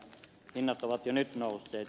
hinnat ovat jo nyt nousseet